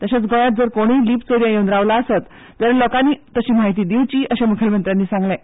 तशेंच गोंयांत जर कोणुय लिपचोरयां येवन रावला आसत जाल्यार लोकांनी तशी म्हायती दिवची अर्शे मुखेलमंत्र्यांनी सांगलें